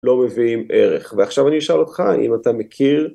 לא מביאים ערך. ועכשיו אני אשאל אותך אם אתה מכיר